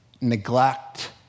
neglect